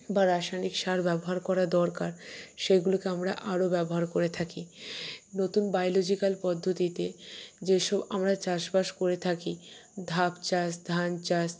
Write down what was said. বা রাসায়নিক সার ব্যবহার করা দরকার সেইগুলোকে আমরা আরও ব্যবহার করে থাকি নতুন বায়লজিকাল পদ্ধতিতে যেসব আমরা চাষবাস করে থাকি ধাপ চাষ ধান চাষ